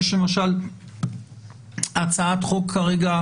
ת המקצועית לקבוע הסדרים שהם מסדירים דברים ברמה מידתית וסבירה.